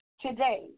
today